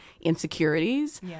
insecurities